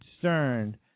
concerned